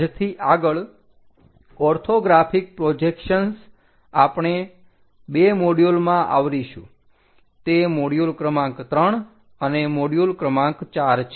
આજથી આગળ orthographic projections આપણે 2 મોડયુલમાં આવરીશું તે મોડ્યુલ ક્રમાંક 3 અને મોડ્યુલ ક્રમાંક 4 છે